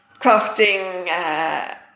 crafting